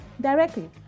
directly